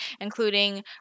including